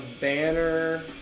Banner